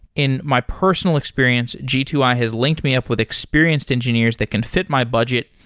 in my personal experience, g two i has linked me up with experienced engineers that can fit my budget,